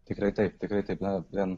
tikrai taip tikrai taip na vien